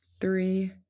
three